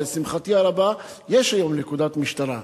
ולשמחתי הרבה יש היום נקודת משטרה.